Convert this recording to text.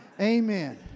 Amen